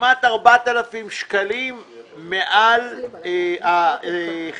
כמעט 4,000 שקלים פחות מהחילונים.